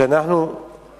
חבר